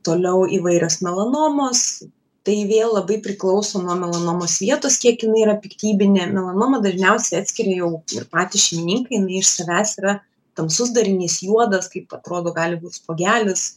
toliau įvairios melanomos tai vėl labai priklauso nuo melanomos vietos kiek jinai yra piktybinė melanomą dažniausiai atskiria jau ir patys šeimininkai jinai iš savęs yra tamsus darinys juodas kaip atrodo gali būt spuogelis